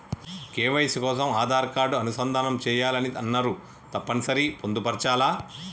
KYC కోసం Aadhaar card అనుసంధానం చేయాలని అన్నరు తప్పని సరి పొందుపరచాలా?